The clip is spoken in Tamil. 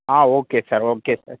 ah okay sir okay sir